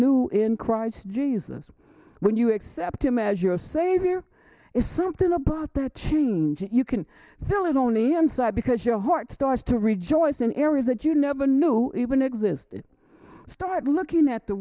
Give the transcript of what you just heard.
new in christ jesus when you accept him as your savior is something about the change you can feel it only inside because your heart starts to rejoice in areas that you never knew even existed start looking at the